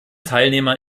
teilnehmern